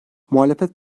muhalefet